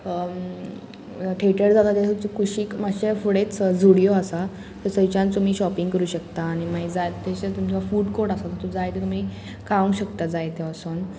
theatre जाता ते कुशीक मातशे फुडेंच झुडियो आसा थंयच्यान तुमी शॉपिंग करूं शकता आनी मागीर तशेंच तुमचो फूड कोड आसा जाय ते तुमी खावंक शकता जाय ते वसोन